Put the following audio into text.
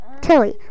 tilly